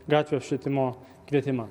gatvių apšvietimo kvietimą